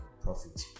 profit